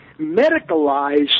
medicalized